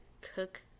cook